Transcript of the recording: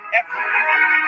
effort